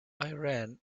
iran